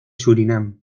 surinam